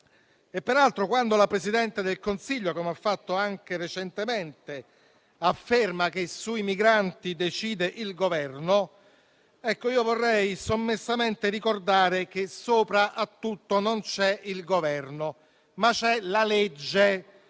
Peraltro, quando la Presidente del Consiglio - come ha fatto anche recentemente - afferma che sui migranti decide il Governo, io vorrei sommessamente ricordare che sopra a tutto non c'è il Governo, ma c'è la legge.